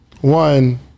One